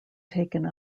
taken